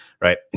Right